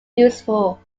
useful